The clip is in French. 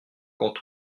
quand